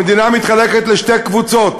המדינה נחלקת לשתי קבוצות,